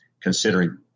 considering